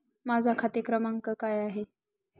माझा खाते क्रमांक काय आहे?